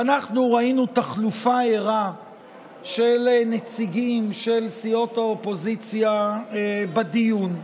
ואנחנו ראינו תחלופה ערה של נציגים של סיעות האופוזיציה בדיון.